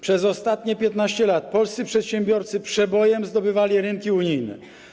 Przez ostatnie 15 lat polscy przedsiębiorcy przebojem zdobywali rynki unijne.